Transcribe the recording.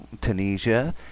Tunisia